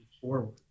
forward